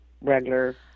regular